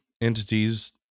entities